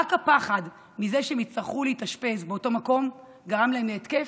רק הפחד מזה שהן יצטרכו להתאשפז באותו מקום גרם להן התקף,